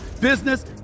business